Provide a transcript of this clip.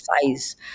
size